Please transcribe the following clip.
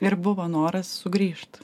ir buvo noras sugrįžt